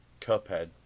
Cuphead